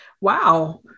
Wow